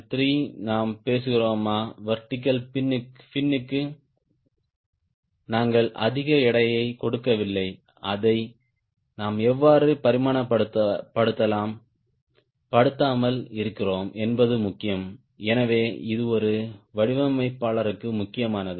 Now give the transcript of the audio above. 3 நாம் பேசுகிறோமா vertical pin க்கு நாங்கள் அதிக எடையைக் கொடுக்கவில்லை அதை நாம் எவ்வாறு பரிமாணப்படுத்தாமல் இருக்கிறோம் என்பது முக்கியம் எனவே இது ஒரு வடிவமைப்பாளருக்கு முக்கியமானது